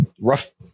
rough